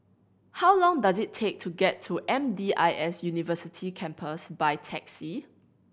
how long does it take to get to M D I S University Campus by taxi